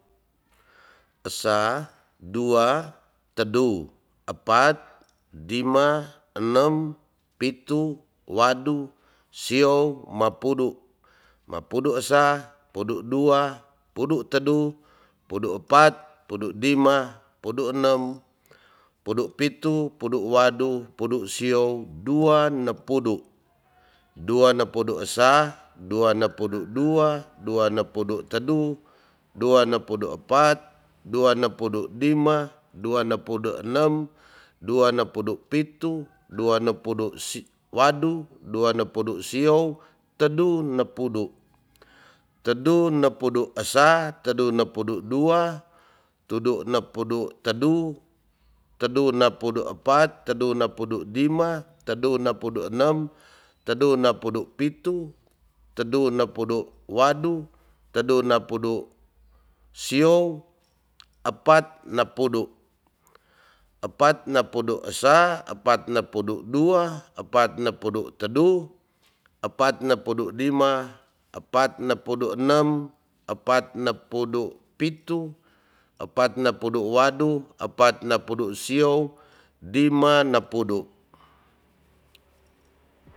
Esa, dua, tedu, epat, dima, enem, pitu, wadu, sio, mapudu. mapudu esa, pudu dua, pudu tedu, pudu epat, pudu dima, pudu enem, pudu pitu. pudu wasu, pudu siouy, dua nepudu. dua nepudu sa, dua nepudu dua, dua nepudu tedu, dua nepudu apat, dua nepudu dima dua nepudu enem pitu, dua nepudu wadu, dua nepudi siou tedu nepudu. tedu nepudu esa, tedu nepudu dua, tedu nepudu tedu tedu nepudu epat, tedu nepudu dima, tedu nepudu enem, tedu nepudu pitu, tedu nepudu wadu, tedu nepudu siou, epat nepudu. epat nepudu esa, epat nepudu dua, epat nepudu tedu, epat nepudu epat, epat nepudu dima, epat nepudu enem, epat nepudu pitu, epat nepudu waadu, epat nepudu siou, dima nepudu.